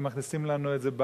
הם מכניסים לנו את זה,